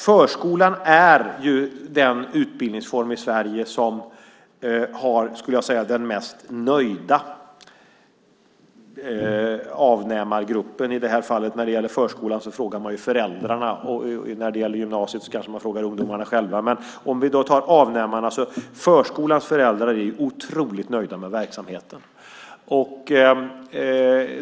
Förskolan är den utbildningsform i Sverige som har den mest nöjda avnämargruppen. När det gäller förskolan frågar man ju föräldrarna, och när det gäller gymnasiet kanske man frågar ungdomarna själva. Men förskolans föräldrar är alltså avnämare som är otroligt nöjda med verksamheten.